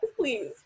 Please